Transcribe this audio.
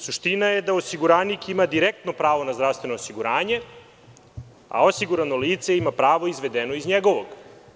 Suština je da osiguranik ima direktno pravo na zdravstveno osiguranje, a osigurano lice ima pravo izvedeno iz njegovog.